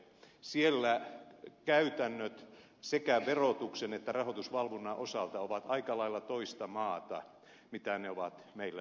siellä käytännöt sekä verotuksen että rahoitusvalvonnan osalta ovat aika lailla toista maata kuin ne ovat meillä suomessa